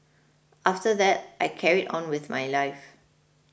after that I carried on with my life